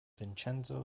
vincenzo